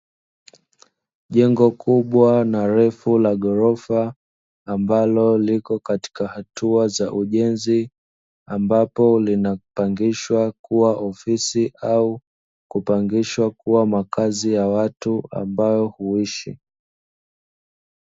Jengo kubwa na refu la ghorofa ambalo liko katika hatua za ujenzi, ambapo linapangishwa kuwa ofisi au kupangishwa kuwa makazi ya watu ambao huishi.